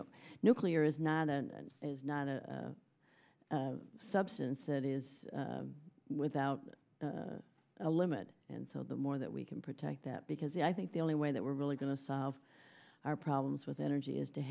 know nuclear is not and is not a substance that is without a limit and so the more that we can protect that because i think the only way that we're really going to solve our problems with energy is to